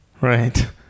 Right